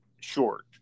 short